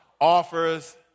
Offers